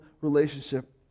relationship